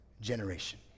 generation